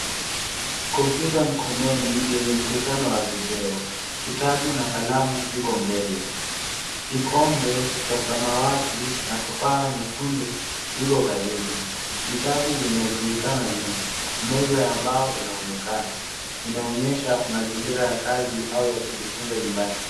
Kompyuta mkononi yenye mkutano wa video, kitabu na kalamu ziko mbele. Kikombe cha samawati na tufaha nyekundu viko karibu. Vitabu vimerundikana nyuma. Meza ya mbao inaonekana. Inaonyesha mazingira ya kazi au ya kujifunza nyumbani.